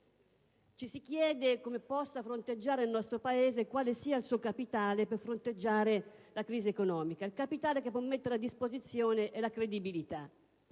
Ci si chiede come possa fronteggiarla il nostro Paese, quale sia il suo capitale per farlo: il capitale che può mettere a disposizione è la credibilità.